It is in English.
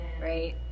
right